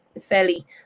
fairly